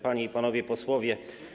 Panie i Panowie Posłowie!